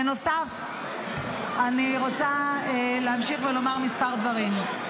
בנוסף, אני רוצה להמשיך ולומר כמה דברים.